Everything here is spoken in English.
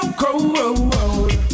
cold